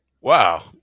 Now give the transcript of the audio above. Wow